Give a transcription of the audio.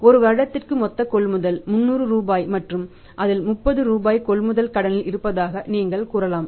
ஒரு வருடத்தில் மொத்த கொள்முதல் 300 ரூபாய் மற்றும் அதில் 30 ரூபாய் கொள்முதல் கடனில் இருப்பதாக நீங்கள் கூறலாம்